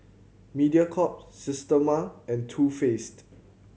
Mediacorp Systema and Too Faced